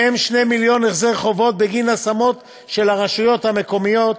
מהם 2 מיליון החזר חובות בגין השמות של הרשויות המקומיות,